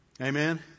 Amen